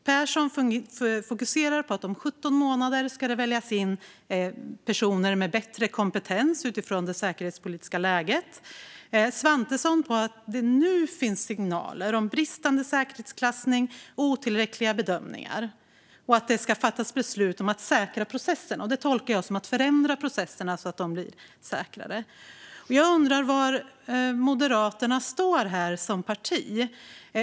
Persson fokuserar på att det om 17 månader ska väljas in personer med bättre kompetens utifrån det säkerhetspolitiska läget, medan Svantesson fokuserar på att det nu finns signaler om bristande säkerhetsklassning och otillräckliga bedömningar och att det ska fattas beslut om att säkra processen. Det tolkar jag som att förändra processerna så att de blir säkrare. Jag undrar var Moderaterna står som parti.